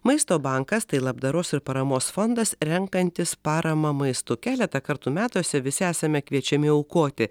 maisto bankas tai labdaros ir paramos fondas renkantis paramą maistu keletą kartų metuose visi esame kviečiami aukoti